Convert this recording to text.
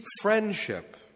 friendship